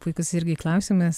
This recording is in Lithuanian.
puikus irgi klausimas